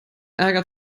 ärger